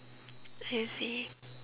I see